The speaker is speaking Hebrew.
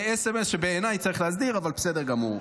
זה סמ"ס שבעיניי צריך להסדיר, אבל בסדר גמור.